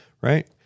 Right